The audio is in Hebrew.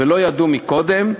ולא ידעו קודם,